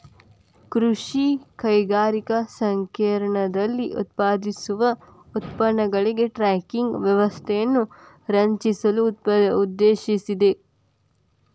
ಕೃಷಿ ಕೈಗಾರಿಕಾ ಸಂಕೇರ್ಣದಲ್ಲಿ ಉತ್ಪಾದಿಸುವ ಉತ್ಪನ್ನಗಳಿಗೆ ಟ್ರ್ಯಾಕಿಂಗ್ ವ್ಯವಸ್ಥೆಯನ್ನು ರಚಿಸಲು ಉದ್ದೇಶಿಸಿದೆ